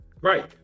Right